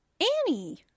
Annie